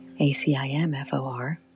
ACIMFOR